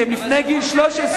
כי הם לפני גיל 13,